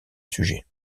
sujet